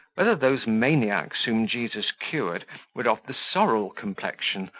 whether those maniacs whom jesus cured were of the sorrel complexion,